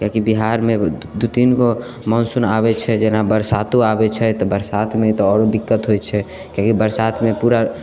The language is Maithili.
किएकि बिहारमे दू तीन गो मौसम आबैत छै जेना बरसातो आबैत छै तऽ बरसातमे तऽ आओरो दिक्कत होइत छै किएकि बरसातमे पूरा